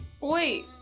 Wait